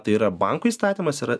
tai yra bankų įstatymas yra